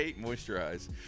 moisturize